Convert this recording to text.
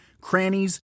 crannies